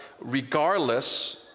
regardless